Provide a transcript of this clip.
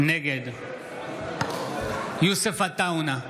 נגד יוסף עטאונה,